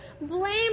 blame